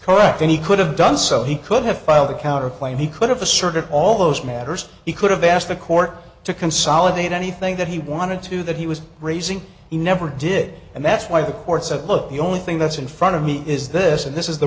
correct and he could have done so he could have filed a counterclaim he could have asserted all those matters he could have asked the court to consolidate anything that he wanted to that he was raising he never did and that's why the court said look the only thing that's in front of me is this and this is the